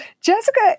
Jessica